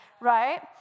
right